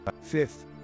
Fifth